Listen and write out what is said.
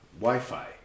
Wi-Fi